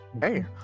Hey